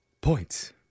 Points